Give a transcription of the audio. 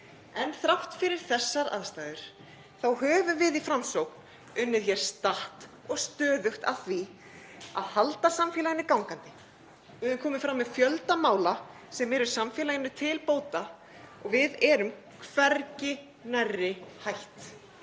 En þrátt fyrir þessar aðstæður höfum við í Framsókn unnið hér statt og stöðugt að því að halda samfélaginu gangandi, komið fram með fjölda mála sem eru samfélaginu til bóta og við erum hvergi nærri hætt.